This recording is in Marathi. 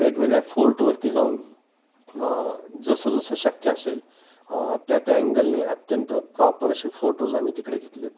वेगवेगळ्या फोर्टवरती जाऊन जसं जसं शक्य असेल त्या त्या अँगलने अत्यंत प्रॉपर असे फोटोज आम्ही तिकडे घेतले आहेत